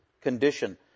condition